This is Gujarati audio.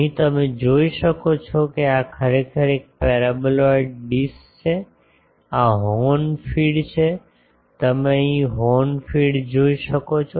અહીં તમે જોઈ શકો છો કે આ ખરેખર એક પેરાબોલોઇડ ડીશ છે આ હોર્ન ફીડછે તમે અહીં હોર્ન ફીડ જોઈ શકો છો